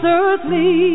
earthly